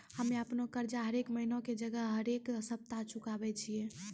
हम्मे अपनो कर्जा हरेक महिना के जगह हरेक सप्ताह चुकाबै छियै